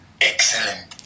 Excellent